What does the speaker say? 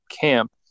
camp